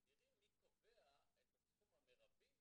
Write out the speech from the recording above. מגדירים מי קובע את הסכום המרבי